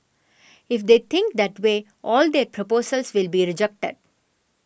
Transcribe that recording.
if they think that way all their proposals will be rejected